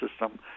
system